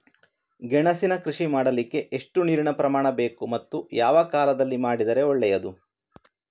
ಗೆಣಸಿನ ಕೃಷಿ ಮಾಡಲಿಕ್ಕೆ ಎಷ್ಟು ನೀರಿನ ಪ್ರಮಾಣ ಬೇಕು ಮತ್ತು ಯಾವ ಕಾಲದಲ್ಲಿ ಮಾಡಿದರೆ ಒಳ್ಳೆಯದು?